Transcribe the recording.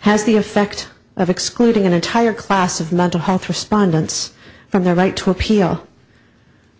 has the effect of excluding an entire class of mental health respondents from their right to appeal